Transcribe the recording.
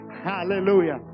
Hallelujah